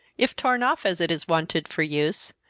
if torn off, as it is wanted for use,